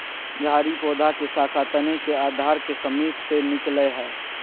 झाड़ी पौधा के शाखा तने के आधार के समीप से निकलैय हइ